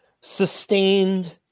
Sustained